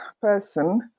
person